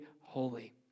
holy